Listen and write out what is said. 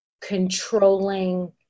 controlling